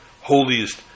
holiest